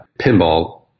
pinball